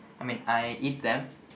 I mean I eat them